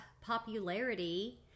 popularity